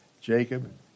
Jacob